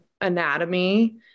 anatomy